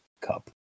Cup